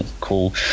cool –